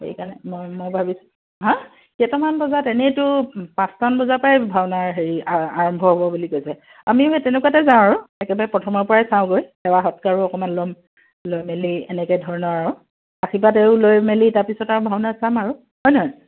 সেইকাৰণে মই মই ভাবিছোঁ হা কেইটামান বজাত এনেইতো পাঁচটামান বজাৰ পাই ভাওনাৰ হেৰি আৰম্ভ হ'ব বুলি কৈছে আমিও সেই তেনেকুৱাতে যাওঁ আৰু একেবাৰে প্ৰথমৰ পৰাই চাওঁগৈ সেৱা সৎকাৰো অকণমান ল'ম লৈ মেলি এনেকৈ ধৰণৰ আৰু আশীৰ্বাদো লৈ মেলি তাৰপিছত আৰু ভাওনা চাম আৰু হয় নে নহয়